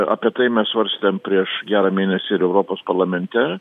apie tai mes svarstėm prieš gerą mėnesį ir europos parlamente